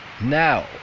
now